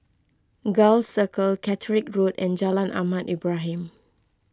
Gul Circle Catterick Road and Jalan Ahmad Ibrahim